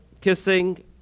kissing